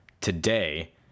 today